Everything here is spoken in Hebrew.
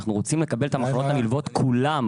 אנחנו רוצים לקבל את המחלות הנלוות כולן,